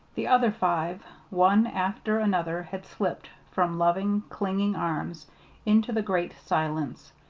the other five, one after another, had slipped from loving, clinging arms into the great silence,